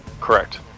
Correct